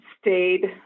stayed